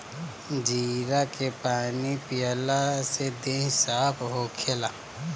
जीरा के पानी पियला से देहि साफ़ होखेला